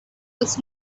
was